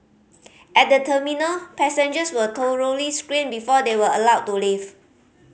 at the terminal passengers were thoroughly screened before they were allowed to leave